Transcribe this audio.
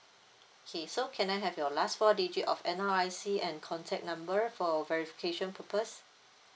okay so can I have your last four digit of N_R_I_C and contact number for verification purpose